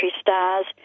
stars